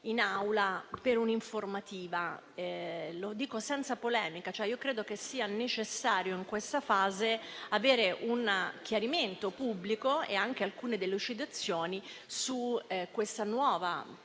in Aula per un'informativa. Lo dico senza polemica, ma credo che sia necessario in questa fase avere un chiarimento pubblico e anche alcune delucidazioni sulla nuova piccola